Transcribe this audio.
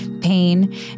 pain